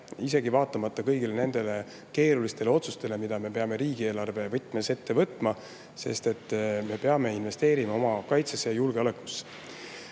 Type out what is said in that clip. isegi vaatamata kõigile keerulistele otsustele, mida me peame riigieelarve puhul ette võtma. Me peame investeerima oma kaitsesse ja julgeolekusse.